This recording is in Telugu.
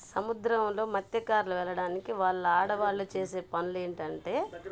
సముద్రంలో మత్యకారులు వెళ్ళడానికి వాళ్ళ ఆడవాళ్లు చేసే పనులేంటంటే